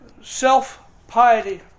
Self-piety